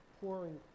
pouring